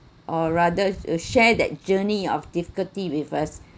or rather to share that journey of difficulty with us